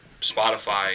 spotify